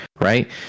right